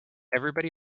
everybody